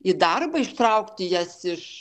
į darbą ištraukti jas iš